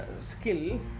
skill